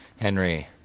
Henry